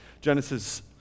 Genesis